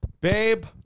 Babe